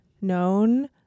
known